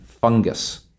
fungus